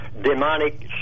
demonic